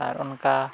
ᱟᱨ ᱚᱱᱠᱟ